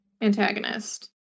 antagonist